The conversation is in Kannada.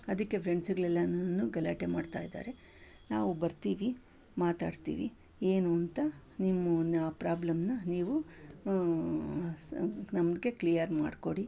ಅದಕ್ಕೆ ಫ್ರೆಂಡ್ಸುಗಳೆಲ್ಲರೂ ಗಲಾಟೆ ಮಾಡ್ತಾಯಿದ್ದಾರೆ ನಾವು ಬರ್ತೀವಿ ಮಾತಾಡ್ತೀವಿ ಏನು ಅಂತ ನಿಮ್ಮ ಆ ಪ್ರಾಬ್ಲಮ್ನ ನೀವು ಸ ನಮಗೆ ಕ್ಲಿಯರ್ ಮಾಡಿಕೊಡಿ